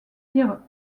dire